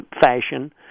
fashion